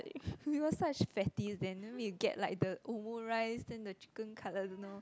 we were such fatties then we get like the omurice then the chicken-cutlet don't know